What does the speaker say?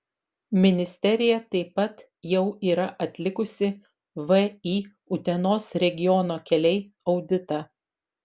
ministerija taip pat jau yra atlikusi vį utenos regiono keliai auditą